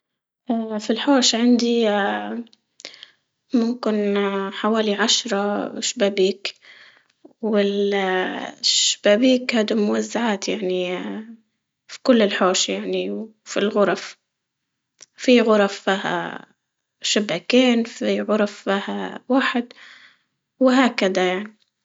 اه في الحوش عندي اه ممكن اه حوالي عشرة اسبابيك شبابيك هادو موزعات يعني، اه في كل الحوش يعني في الغرف في غرف اه شباكين زي غرف فيها واحد وهكذا يعني.